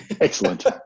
Excellent